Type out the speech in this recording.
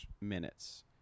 minutes